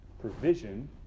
provision